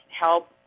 help